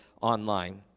online